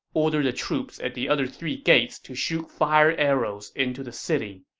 order the troops at the other three gates to shoot fire arrows into the city.